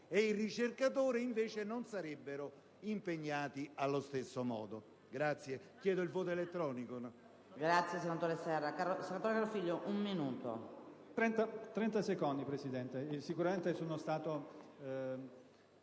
e il ricercatore non sarebbero, impegnati allo stesso modo.